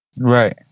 Right